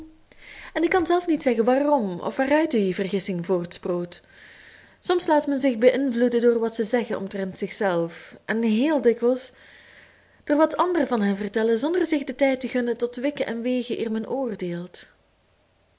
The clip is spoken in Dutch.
en ik kan zelf niet zeggen waarom of waaruit die vergissing voortsproot soms laat men zich beïnvloeden door wat ze zeggen omtrent zichzelf en heel dikwijls door wat anderen van hen vertellen zonder zich den tijd te gunnen tot wikken en wegen eer men oordeelt